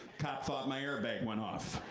cop thought my airbag went off.